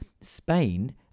Spain